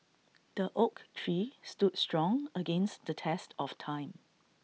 the oak tree stood strong against the test of time